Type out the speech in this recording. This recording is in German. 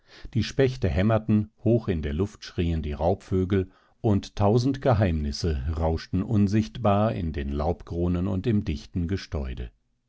die spechte hämmerten hoch in der luft schrieen die raubvögel und tausend geheimnisse rauschten unsichtbar in den laubkronen und im dichten